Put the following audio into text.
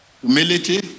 Humility